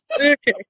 Okay